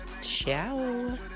Ciao